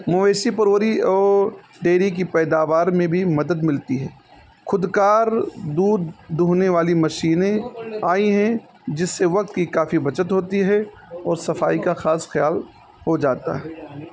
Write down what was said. مویشی پروری اور ڈیری کی پیداوار میں بھی مدد ملتی ہے خود کار دودھ دونے والی مشینیں آئی ہیں جس سے وقت کی کافی بچت ہوتی ہے اور صفائی کا خاص خیال ہو جاتا ہے